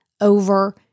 over